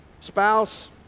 spouse